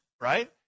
right